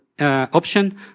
option